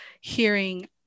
hearing